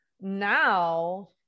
now